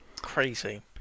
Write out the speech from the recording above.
crazy